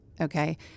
okay